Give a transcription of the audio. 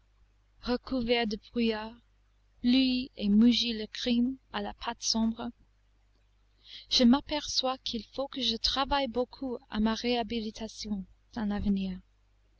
recouvert de brouillards bleuit et mugit le crime à la patte sombre je m'aperçois qu'il faut que je travaille beaucoup à ma réhabilitation dans l'avenir